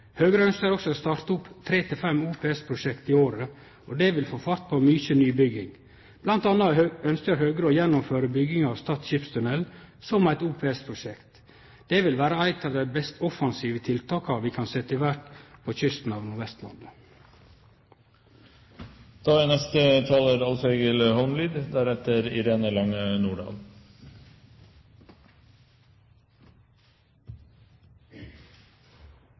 Høgre ønskjer også å starte opp tre–fem OPS-prosjekt i året, og det vil få fart på mykje nybygging. Blant anna ønskjer Høgre å gjennomføre bygging av Stad skipstunnel som eit OPS-prosjekt. Det vil vere eit av dei mest offensive tiltaka vi kan setje i verk på kysten av